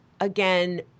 Again